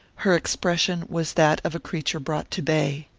her expression was that of a creature brought to bay.